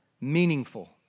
meaningful